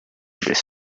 this